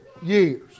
years